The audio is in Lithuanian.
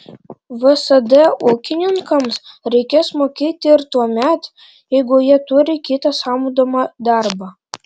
vsd ūkininkams reikės mokėti ir tuomet jeigu jie turi kitą samdomą darbą